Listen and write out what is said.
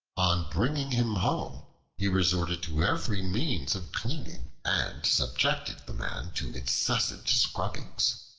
on bringing him home he resorted to every means of cleaning, and subjected the man to incessant scrubbings.